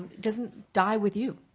doesn't die with you.